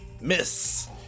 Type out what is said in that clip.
Miss